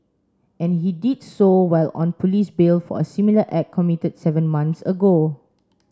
and he did so while on police bail for a similar act committed seven months ago